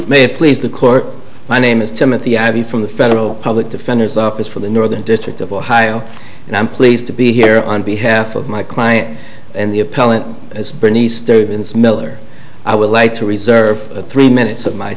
may please the court my name is timothy abbey from the federal public defender's office for the northern district of ohio and i'm pleased to be here on behalf of my client and the appellant as bernice miller i would like to reserve three minutes of my